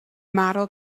model